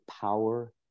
power